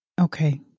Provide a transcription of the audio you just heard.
Okay